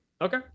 Okay